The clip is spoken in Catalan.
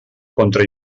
contra